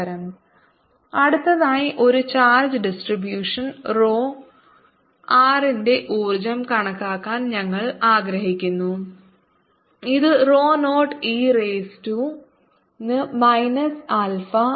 W02R770Q2R72R870Q27π0R അടുത്തതായി ഒരു charge distribution rho r ന്റെ ഊർജ്ജം കണക്കാക്കാൻ ഞങ്ങൾ ആഗ്രഹിക്കുന്നു ഇത് rho 0 e റൈസ് ടു ന് മൈനസ് ആൽഫ r